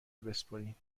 بسپرین